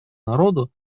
народу